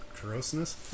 Grossness